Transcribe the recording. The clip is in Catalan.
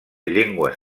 llengües